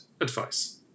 advice